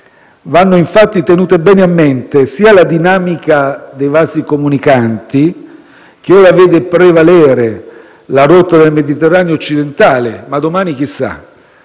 vanno, infatti, tenute bene a mente sia la dinamica dei vasi comunicanti - che ora vede prevalere la rotta del Mediterraneo occidentale, ma domani chissà